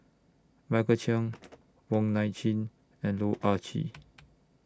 Michael Chiang Wong Nai Chin and Loh Ah Chee